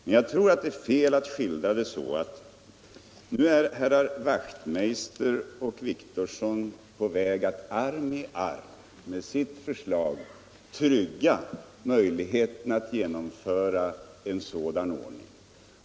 Men jag tror det är fel att skildra det så att nu är herrar Wachtmeister i Johannishus och Wictorsson på väg att arm i arm med sitt förslag trygga möjligheten att genomföra en sådan ordning.